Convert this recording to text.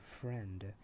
friend